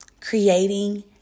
creating